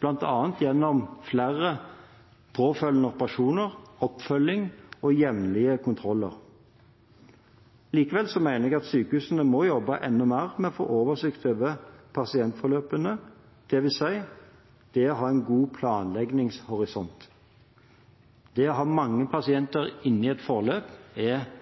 bl.a. gjennom flere påfølgende operasjoner, oppfølging og jevnlige kontroller. Likevel mener jeg at sykehusene må jobbe enda mer med å få oversikt over pasientforløpene, dvs. det å ha en god planleggingshorisont. Det å ha mange pasienter inne i et forløp er